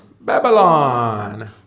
Babylon